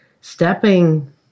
stepping